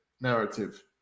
narrative